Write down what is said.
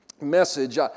message